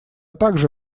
также